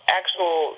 actual